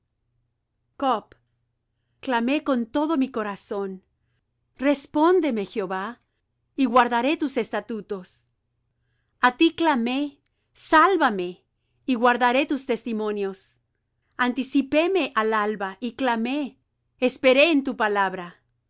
clamé con todo mi corazón respóndeme jehová y guardaré tus estatutos a ti clamé sálvame y guardaré tus testimonios anticipéme al alba y clamé esperé en tu palabra